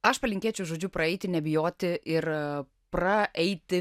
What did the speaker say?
aš palinkėčiau žodžiu praeiti nebijoti ir praeiti